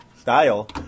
style